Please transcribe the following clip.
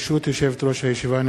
12 חברי כנסת,